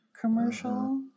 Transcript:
commercial